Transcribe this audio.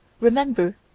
remember